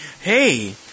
hey